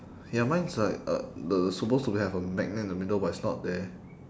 ya mine is like uh the supposed to have a magnet in the middle but it's not there